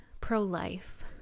pro-life